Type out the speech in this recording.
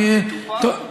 טופל.